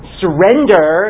surrender